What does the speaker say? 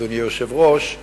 אדוני היושב-ראש,